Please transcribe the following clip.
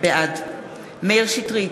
בעד מאיר שטרית,